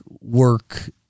work